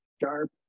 sharp